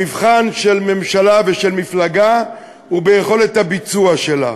המבחן של ממשלה ושל מפלגה הוא ביכולת הביצוע שלה.